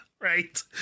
Right